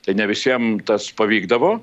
tai ne visiem tas pavykdavo